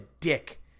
dick